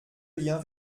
lien